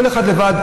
כל אחד לבד.